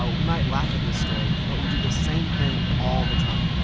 but we might laugh at this story, but we do the same thing all the time.